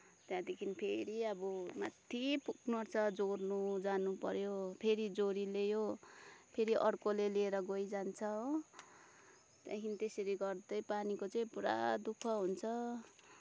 त्यहाँदेखि फेरि अब माथि पुग्नु आँट्छ जोड्न जानुपऱ्यो फेरि जोडिल्यायो फेरि अर्कोले लिएर गई जान्छ हो त्यहाँदेखि त्यसरी गर्दै पानीको चाहिँ पुरा दुःख हुन्छ